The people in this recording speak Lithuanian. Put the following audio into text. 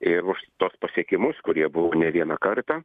ir už tuos pasiekimus kurie buvo ne vieną kartą